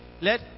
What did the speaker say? Let